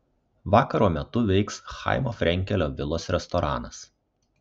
vakaro metu veiks chaimo frenkelio vilos restoranas